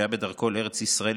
שהיה בדרכו לארץ ישראל,